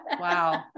Wow